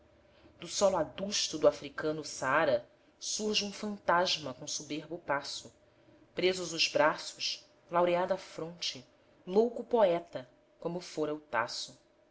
do solo adusto do africano saara surge um fantasma com soberbo passo presos os braços laureada a fronte louco poeta como fora o tasso